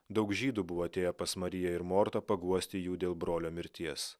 daug žydų buvo atėję pas mariją ir mortą paguosti jų dėl brolio mirties